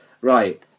Right